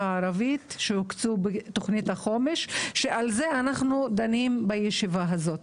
הערבית שהוקצו לתוכנית החומש ועל זה אנחנו דנים בישיבה הזו,